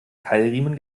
keilriemen